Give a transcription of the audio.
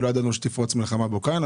כי לא ידענו שתפרוץ מלחמה באוקראינה,